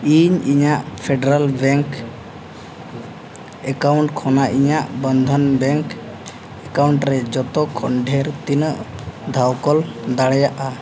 ᱤᱧ ᱤᱧᱟᱹᱜ Federal Bank account ᱠᱷᱚᱱᱟᱜ ᱤᱧᱟᱹᱜ ᱵᱚᱱᱫᱷᱚᱱ ᱵᱮᱝᱠ ᱮᱠᱟᱣᱩᱱᱴ ᱨᱮ ᱡᱚᱛᱚ ᱠᱷᱚᱱ ᱰᱷᱮᱹᱨ ᱛᱤᱱᱟᱹᱜ ᱫᱷᱟᱣ ᱠᱚᱞ ᱫᱟᱲᱮᱭᱟᱜᱼᱟ